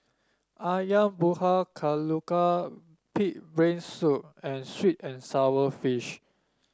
ayam Buah Keluak pig brain soup and sweet and sour fish